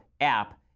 app